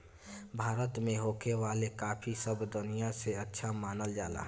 भारत में होखे वाला काफी सब दनिया से अच्छा मानल जाला